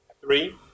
Three